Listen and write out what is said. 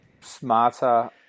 smarter